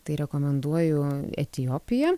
tai rekomenduoju etiopiją